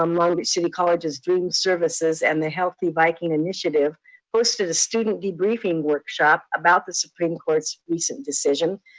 um long beach city college's dream services and the healthy viking initiative posted a student debriefing workshop about the supreme court's recent decision,